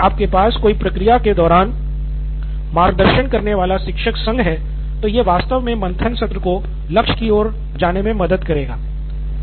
इसलिए यदि आपके पास कोई प्रक्रिया के दौरान मार्गदर्शन करने वाला शिक्षक संग है तो यह वास्तव में मंथन सत्र को लक्ष्य की ओर जाने में मदद करेगा